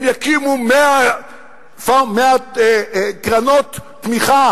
הם יקימו 100 קרנות תמיכה